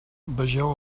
vegeu